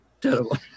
terrible